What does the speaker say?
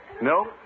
No